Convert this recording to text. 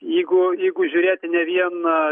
jeigu jeigu žiūrėti ne vieną